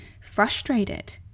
frustrated